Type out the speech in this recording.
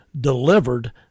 delivered